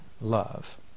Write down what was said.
love